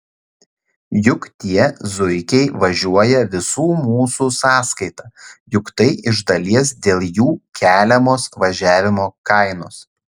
juk tie zuikiai važiuoja visų mūsų sąskaita juk tai iš dalies dėl jų keliamos važiavimo kainos